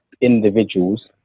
individuals